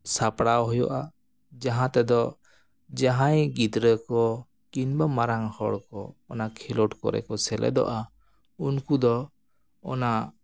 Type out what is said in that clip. ᱥᱟᱯᱲᱟᱣ ᱦᱩᱭᱩᱜᱼᱟ ᱡᱟᱦᱟᱸ ᱛᱮᱫᱚ ᱡᱟᱦᱟᱸᱭ ᱜᱫᱽᱨᱟᱹ ᱠᱚ ᱠᱤᱢᱵᱟ ᱢᱟᱨᱟᱝ ᱦᱚᱲ ᱠᱚ ᱚᱱᱟ ᱠᱷᱮᱞᱳᱰ ᱠᱚᱨᱮ ᱠᱚ ᱥᱮᱞᱮᱫᱚᱜᱼᱟ ᱩᱱᱠᱩ ᱫᱚ ᱚᱱᱟ